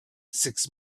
six